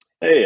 Hey